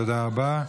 תודה רבה.